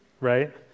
right